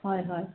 হয় হয়